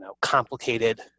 complicated